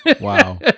Wow